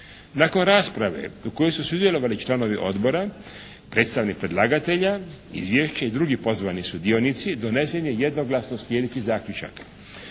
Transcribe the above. Nakon rasprave u kojoj su sudjelovali članovi Odbora, predstavnik predlagatelja izvješća i drugi pozvani sudionici donesen je jednoglasno sljedeći zaključak: